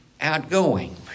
outgoing